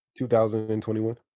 2021